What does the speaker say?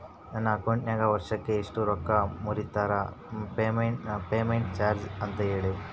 ನನ್ನ ಅಕೌಂಟಿನಾಗ ವರ್ಷಕ್ಕ ಎಷ್ಟು ರೊಕ್ಕ ಮುರಿತಾರ ಮೆಂಟೇನೆನ್ಸ್ ಚಾರ್ಜ್ ಅಂತ ಹೇಳಿ?